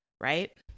right